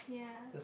yeah